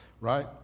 right